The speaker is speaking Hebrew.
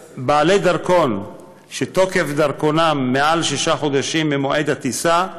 בעלי דרכון שתוקף דרכונם מעל שישה חודשים ממועד הטיסה,